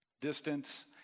distance